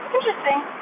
Interesting